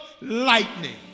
lightning